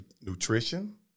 nutrition